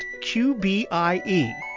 QBIE